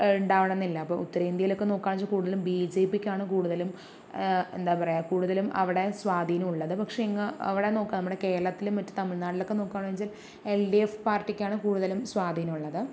ഉണ്ടാകണമെന്നില്ല അപ്പോൾ ഉത്തരേന്ത്യയിലൊക്കെ നോക്കാന്ന് വെച്ചാൽ കൂടുതലും ബി ജെ പിക്കാണ് കൂടുതലും എന്താ പറയുക കൂടുതലും അവിടെ സ്വാധീനം ഉള്ളത് പക്ഷേ ഇങ്ങ് അവിടെ നോക്കുക നമ്മുടെ കേരളത്തിലും മറ്റ് തമിഴ്നാട്ടിലും ഒക്കെ നോക്കാന്ന് വെച്ചാൽ എൽ ഡി എഫ് പാർട്ടിക്കാണ് കൂടുതലും സ്വാധീനം ഉള്ളത്